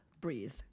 breathe